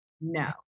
No